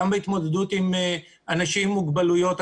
גם בהתמודדות עם אנשים עם מוגבלויות.